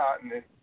continent